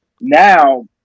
now